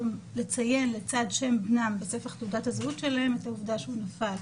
לציין לצד שם בנם בספח תעודת הזהות שלהם את העובדה שהוא נפל.